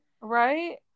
right